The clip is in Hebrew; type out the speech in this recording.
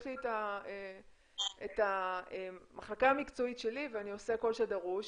יש לי את המחלקה המקצועית שלי ואני עושה כל שדרוש